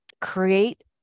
create